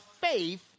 faith